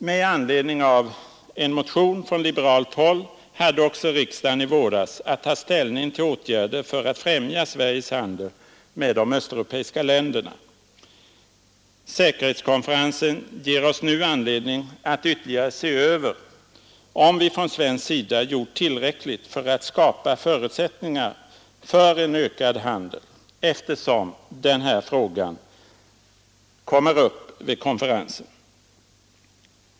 Med anledning av en motion från liberalt håll hade också riksdagen i våras att ta ställning till åtgärder för att främja Sveriges handel med de östeuropeiska länderna. Säkerhetskonferensen ger oss nu anledning att ytterligare se över om vi från svensk sida gjort tillräckligt för att skapa förutsättningar för en ökad handel, eftersom den frågan kommer upp vid konferensen.